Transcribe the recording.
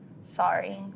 sorry